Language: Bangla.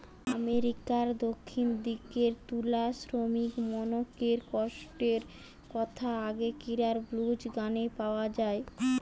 আমেরিকার দক্ষিণ দিকের তুলা শ্রমিকমনকের কষ্টর কথা আগেকিরার ব্লুজ গানে পাওয়া যায়